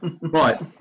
right